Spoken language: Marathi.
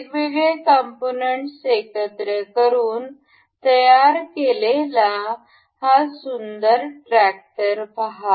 वेगवेगळ्या कंपोनंटस एकत्र येऊन तयार केलेला हा सुंदर ट्रॅक्टर पहा